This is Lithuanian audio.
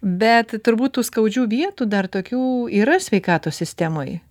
bet turbūt tų skaudžių vietų dar tokių yra sveikatos sistemoj